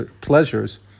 pleasures